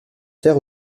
terre